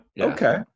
Okay